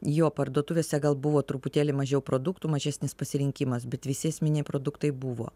jo parduotuvėse gal buvo truputėlį mažiau produktų mažesnis pasirinkimas bet visi esminiai produktai buvo